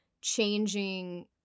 changing